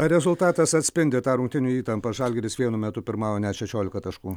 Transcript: ar rezultatas atspindi tą rungtynių įtampą žalgiris vienu metu pirmavo net šešiolika taškų